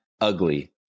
ugly